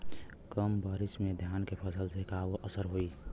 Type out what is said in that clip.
कम बारिश में धान के फसल पे का असर होई?